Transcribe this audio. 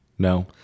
No